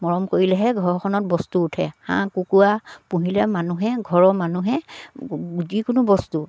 মৰম কৰিলেহে ঘৰখনত বস্তু উঠে হাঁহ কুকুৰা পুহিলে মানুহে ঘৰৰ মানুহে যিকোনো বস্তু